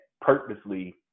purposely